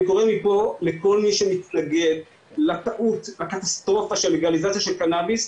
אני קורא מפה לכל מי שמתנגד לטעות הקטסטרופה של לגליזציה של קנאביס,